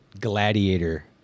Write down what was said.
Gladiator